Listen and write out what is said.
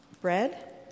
bread